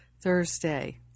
Thursday